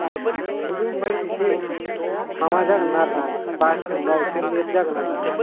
किन्थु ओमफ्राय एसे माबा जागोन आरोना बासजोंबा लेट जागोन आरो ना